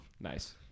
Nice